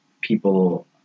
people